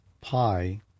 pi